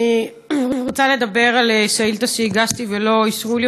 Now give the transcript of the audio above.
אני רוצה לדבר על שאילתה שהגשתי ולא אישרו לי,